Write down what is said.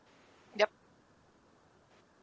yup